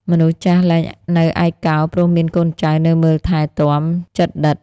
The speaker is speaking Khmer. មនុស្សចាស់លែងនៅឯកោ ព្រោះមានកូនចៅនៅមើលថែទាំជិតដិត។